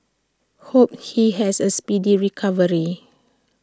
hope he has A speedy recovery